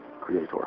creator